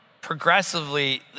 progressively